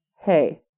Hey